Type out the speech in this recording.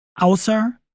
außer